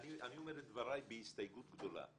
אני אומר את דבריי בהסתייגות גדולה,